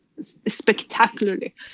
spectacularly